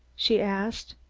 she asked.